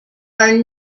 are